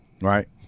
Right